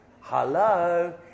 hello